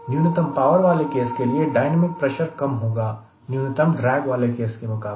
न्यूनतम पावर वाले केस के लिए डायनेमिक प्रेशर कम होगा न्यूनतम ड्रैग वाले केस के मुकाबले